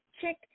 check